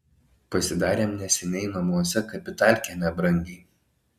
pasidarėm neseniai namuose kapitalkę nebrangiai